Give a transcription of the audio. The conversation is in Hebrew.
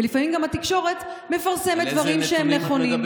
לפעמים התקשורת מפרסמת גם דברים נכונים,